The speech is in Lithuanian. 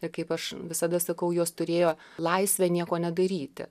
ir kaip aš visada sakau jos turėjo laisvę nieko nedaryti